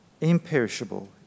imperishable